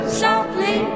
softly